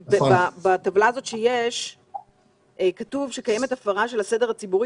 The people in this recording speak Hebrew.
בטבלה שהגשתם כתוב ש"קיימת הפרה של הסדר הציבורי